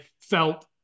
felt